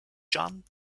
john